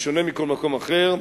שלא כמו בכל מקום אחר,